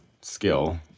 skill